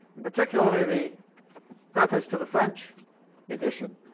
particularly the preface to the french edition,